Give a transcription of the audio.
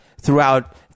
throughout